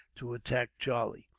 to attack charlie.